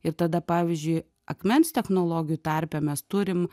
ir tada pavyzdžiui akmens technologijų tarpe mes turim